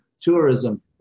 tourism